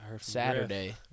Saturday